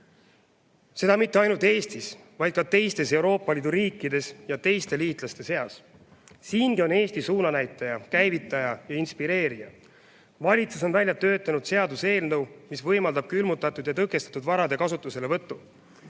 seda mitte ainult Eestis, vaid ka teistes Euroopa Liidu riikides ja teiste liitlaste seas. Siingi on Eesti suunanäitaja, käivitaja ja inspireerija. Valitsus on välja töötanud seaduseelnõu, mis võimaldab külmutatud ja tõkestatud varade kasutuselevõtu.